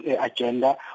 agenda